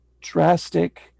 drastic